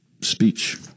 speech